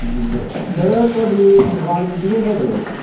जी sir sir थुहाड़ी दकान केड्डी ऐ सर